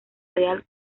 real